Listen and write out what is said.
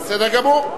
בסדר גמור.